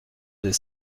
des